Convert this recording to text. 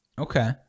Okay